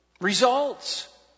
results